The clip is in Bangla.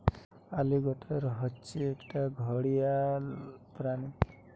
অলিগেটর হচ্ছে একটা ঘড়িয়াল প্রাণী